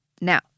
Now